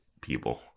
people